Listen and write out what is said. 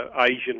Asian